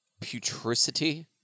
Putricity